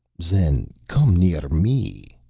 zen come near me,